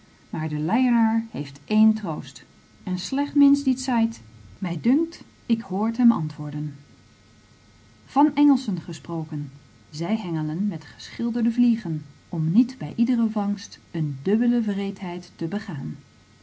maar de laienaar heeft één troost en slecht minsch die t zait mij dunkt ik hoor het hem antwoorden van engelschen gesproken zij hengelen met geschilderde vliegen om niet bij iedere vangst een dubbele wreedheid te begaan